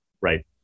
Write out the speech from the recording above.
right